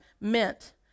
meant